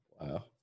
Wow